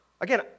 Again